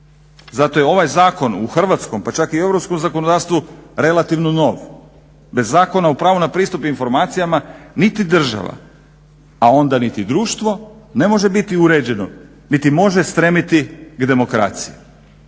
Zato je ovaj zakon u hrvatskom pa čak i u europskom zakonodavstvu relativno nov. Bez Zakona o pravu na pristup informacijama niti država a onda niti društvo ne može biti uređeno, niti može stremiti k demokraciji.